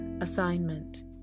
Assignment